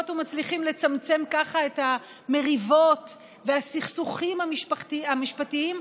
ומצליחים לצמצם ככה את המריבות והסכסוכים המשפטיים,